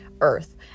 earth